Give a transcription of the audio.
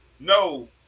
No